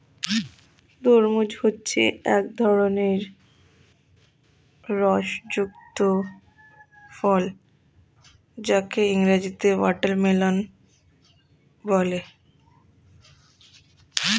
তরমুজ হচ্ছে এক ধরনের রস যুক্ত ফল যাকে ইংরেজিতে ওয়াটারমেলান বলে